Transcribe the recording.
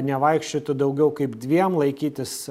nevaikščiotų daugiau kaip dviem laikytis